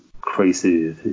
crazy